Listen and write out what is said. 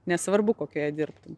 nesvarbu kokioje dirbtum